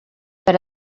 per